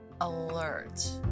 alert